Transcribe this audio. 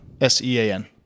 S-E-A-N